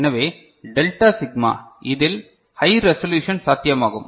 எனவே delta sigma இதில் high resolution சாத்தியமாகும்